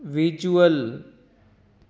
visual